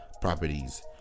properties